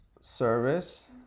service